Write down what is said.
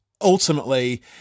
Ultimately